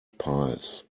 piles